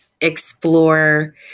explore